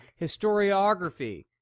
historiography